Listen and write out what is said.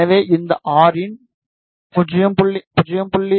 எனவே இந்த ஆர் இன் 0